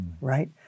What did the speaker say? right